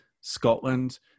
Scotland